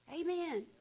Amen